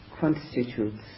constitutes